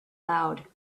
loud